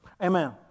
Amen